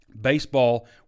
Baseball